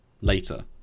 later